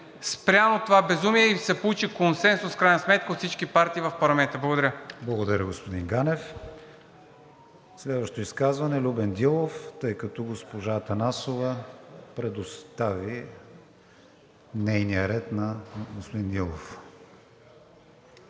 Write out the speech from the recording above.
спряно това безумие и се получи консенсус в крайна сметка от всички партии в парламента. Благодаря. ПРЕДСЕДАТЕЛ КРИСТИАН ВИГЕНИН: Благодаря, господин Ганев. Следващо изказване – Любен Дилов, тъй като госпожа Атанасова предостави нейния ред на господин Дилов.